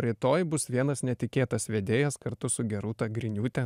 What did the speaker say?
rytoj bus vienas netikėtas vedėjas kartu su gerūta griniūte